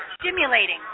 stimulating